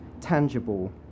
tangible